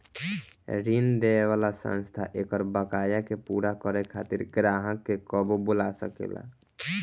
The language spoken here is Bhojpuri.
ऋण देवे वाला संस्था एकर बकाया के पूरा करे खातिर ग्राहक के कबो बोला सकेला